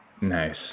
Nice